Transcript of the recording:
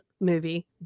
movie